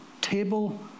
table